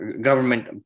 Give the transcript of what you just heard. government